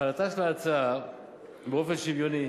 החלתה של ההצעה באופן שוויוני,